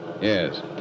Yes